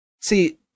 See